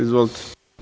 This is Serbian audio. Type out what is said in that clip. Izvolite.